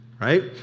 right